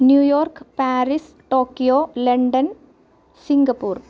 New York Paris Tokyo London Singapore